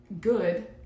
good